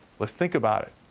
let's think about it.